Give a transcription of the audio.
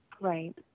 Right